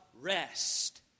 Rest